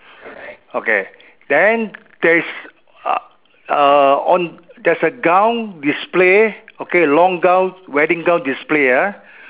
okay then there is uh on there's a gown display okay long gown wedding gown display ah